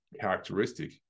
characteristic